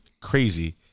Crazy